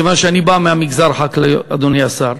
כיוון שאני בא מהמגזר החקלאי, אדוני השר,